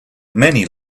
many